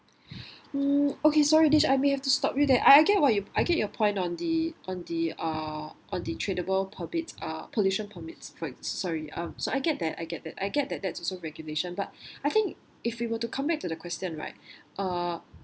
mm okay sorry I may have to stop you there I get what you I get your point on the on the uh on the tradable permits uh pollution permits so~ sorry um I get that I get that I get that that's also regulation but I think if we were to come back to the question right uh